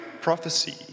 prophecy